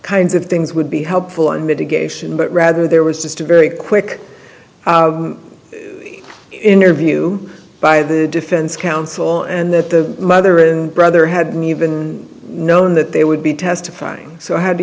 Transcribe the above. kinds of things would be helpful in mitigation but rather there was just a very quick interview by the defense counsel and the mother and brother had me even known that they would be testifying so how do